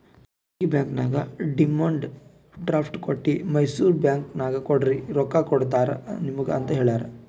Kalburgi bank ನಾಗ್ demand draft ಕೊಟ್ಟಿ Mysore bank ನಾಗ್ ಕೊಡ್ರಿ ರೊಕ್ಕಾ ಕೊಡ್ತಾರ ನಿಮುಗ ಅಂತ್ ಹೇಳ್ಯಾರ್